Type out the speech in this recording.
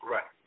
Right